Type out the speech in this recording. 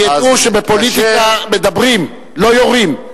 ידעו שבפוליטיקה מדברים, לא יורים.